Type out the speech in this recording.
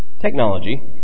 Technology